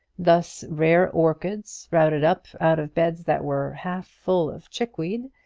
thus rare orchids sprouted up out of beds that were half full of chickweed,